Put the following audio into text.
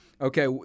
Okay